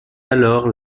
alors